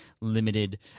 limited